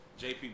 JP